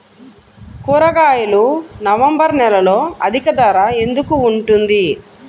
కూరగాయలు నవంబర్ నెలలో అధిక ధర ఎందుకు ఉంటుంది?